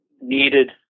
needed